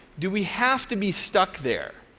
do we have to be stuck there?